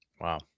Wow